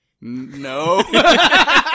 No